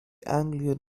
anglian